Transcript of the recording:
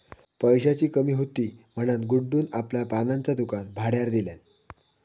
पैशाची कमी हुती म्हणान गुड्डून आपला पानांचा दुकान भाड्यार दिल्यान